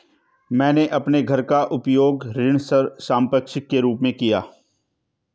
मैंने अपने घर का उपयोग ऋण संपार्श्विक के रूप में किया है